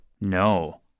No